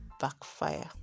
backfire